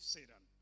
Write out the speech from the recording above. Satan